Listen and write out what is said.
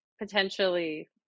potentially